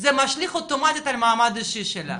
זה משליך אוטומטית על המעמד האישי שלה.